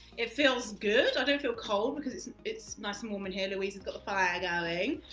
it feels good, i don't feel cold because it's it's nice and warm in here, louise has got the fire going.